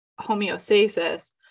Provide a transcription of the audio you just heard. homeostasis